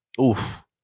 Oof